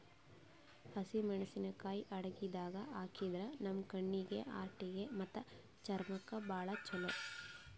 ಹಸಿಮೆಣಸಿಕಾಯಿ ಅಡಗಿದಾಗ್ ಹಾಕಿದ್ರ ನಮ್ ಕಣ್ಣೀಗಿ, ಹಾರ್ಟಿಗಿ ಮತ್ತ್ ಚರ್ಮಕ್ಕ್ ಭಾಳ್ ಛಲೋ